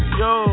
yo